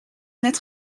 net